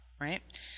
right